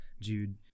Jude